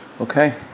Okay